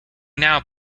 now